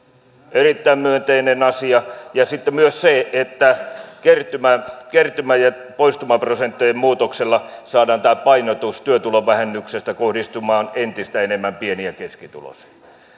erittäin myönteinen asia ja sitten myös se että kertymä ja poistumaprosenttien muutoksella saadaan tämä painotus työtulovähennyksestä kohdistumaan entistä enemmän pieni ja keskituloisiin